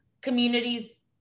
communities